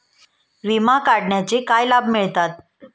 विमा काढण्याचे काय लाभ मिळतात?